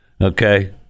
okay